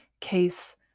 case